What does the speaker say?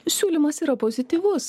siūlymas yra pozityvus